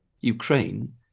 Ukraine